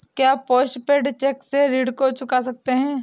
क्या post paid cheque से ऋण को चुका सकते हैं?